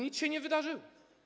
Nic się nie wydarzyło.